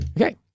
Okay